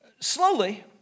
Slowly